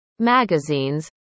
magazines